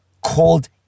called